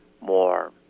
more